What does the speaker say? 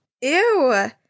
Ew